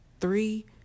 Three